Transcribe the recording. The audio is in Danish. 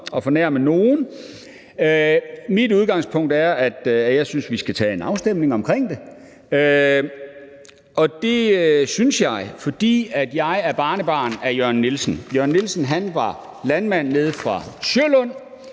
at fornærme nogen. Mit udgangspunkt er, at jeg synes, at vi skal tage en afstemning om det, og det synes jeg, fordi jeg er barnebarn af Jørgen Nielsen. Jørgen Nielsen var landmand nede fra Sølund,